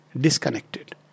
disconnected